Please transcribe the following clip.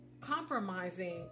compromising